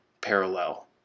parallel